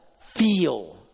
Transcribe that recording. feel